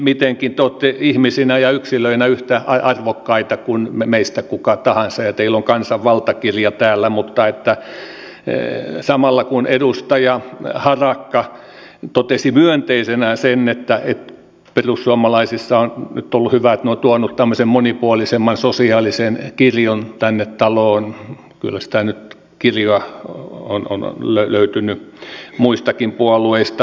te olette ihmisinä ja yksilöinä yhtä arvokkaita kuin meistä kuka tahansa ja teillä on kansan valtakirja täällä mutta samalla kun edustaja harakka totesi myönteisenä sen että on ollut hyvä että perussuomalaiset ovat tuoneet tämmöisen monipuolisemman sosiaalisen kirjon tänne taloon kyllä sitä kirjoa on löytynyt muistakin puolueista